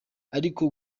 ariko